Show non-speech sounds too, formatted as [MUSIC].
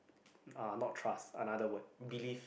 uh not trust another word [BREATH]